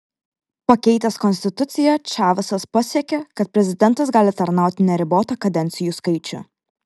pakeitęs konstituciją čavesas pasiekė kad prezidentas gali tarnauti neribotą kadencijų skaičių